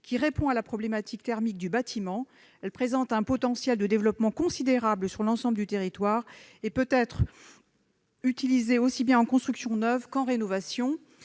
qui répond à la problématique thermique du bâtiment. Elle présente un potentiel de développement considérable sur l'ensemble du territoire et peut être utilisée aussi bien pour les constructions neuves que pour les rénovations.